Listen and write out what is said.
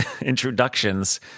introductions